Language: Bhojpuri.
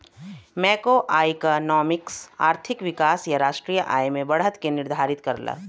मैक्रोइकॉनॉमिक्स आर्थिक विकास या राष्ट्रीय आय में बढ़त के निर्धारित करला